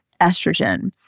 estrogen